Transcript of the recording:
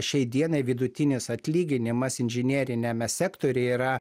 šiai dienai vidutinis atlyginimas inžineriniame sektoriuje yra